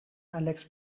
alex